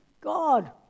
God